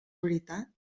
veritat